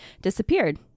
disappeared